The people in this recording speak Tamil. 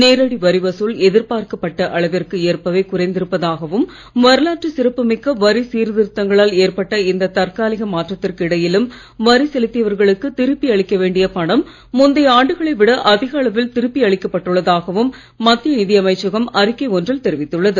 நேரடி வரிவசூல் எதிர்பார்க்கப்பட்ட அளவிற்கு ஏற்பவே குறைந்திருப்பதாகவும் வரலாற்றுச் சிறப்புமிக்க வரி சீர்திருத்தங்களால் ஏற்பட்ட இந்த தற்காலிக மாற்றத்திற்கு இடையிலும் வரி செலுத்தியவர்களுக்குத் திருப்பி அளிக்க வேண்டிய பணம் முந்தைய ஆண்டுகளை விட அதிக அளவில் திருப்பி அளிக்கப் பட்டுள்ளதாகவும் மத்திய நிதி அமைச்சகம் அறிக்கை ஒன்றில் தெரிவித்துள்ளது